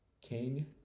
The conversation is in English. king